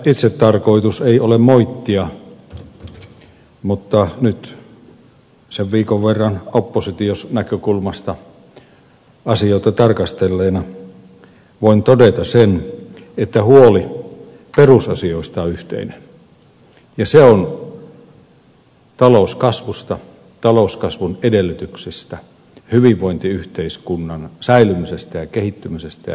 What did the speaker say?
itsetarkoitus ei ole moittia mutta nyt viikon verran oppositionäkökulmasta asioita tarkastelleena voin todeta sen että huoli perusasioista on yhteinen ja se on talouskasvusta talouskasvun edellytyksistä hyvinvointiyhteiskunnan säilymisestä ja kehittymisestä ja ihmisten hyvinvoinnista